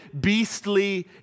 beastly